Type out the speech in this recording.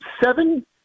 seven